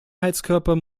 heizkörper